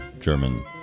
German